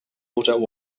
poseu